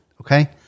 okay